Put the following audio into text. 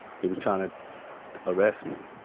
he was trying to arrest me.